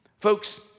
Folks